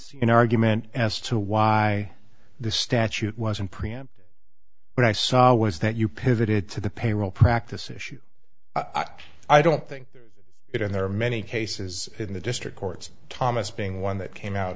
see an argument as to why the statute wasn't preempt when i saw was that you pivoted to the payroll practice issue i don't think it and there are many cases in the district courts thomas being one that came out